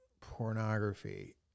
pornography